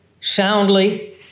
soundly